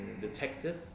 detective